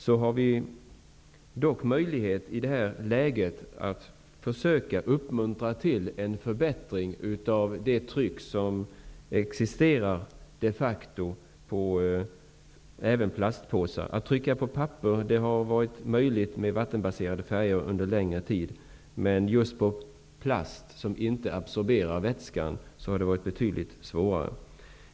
Vi har dock i det här läget möjlighet att försöka uppmuntra till en förbättring av det tryck som de facto existerar även på plastpåsar. Att trycka på papper med vattenbaserade färger har varit möjligt under en längre tid, men just på plast, som inte absorberar vätskan har det varit betydligt svårare.